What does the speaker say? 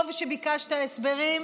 טוב שביקשת הסברים,